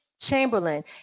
Chamberlain